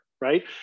right